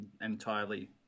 entirely